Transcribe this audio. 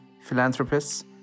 philanthropists